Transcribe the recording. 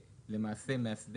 אושר מי בעד סעיף 15?